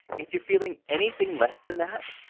if you're feeling anything less than that,